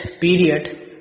period